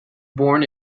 born